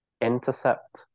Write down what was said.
intercept